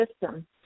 system